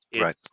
Right